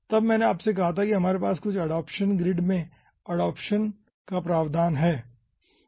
तब मैंने आपसे कहा था कि हमारे पास यहां पर एडाप्शन ग्रिड में एडाप्शन का प्रावधान हैं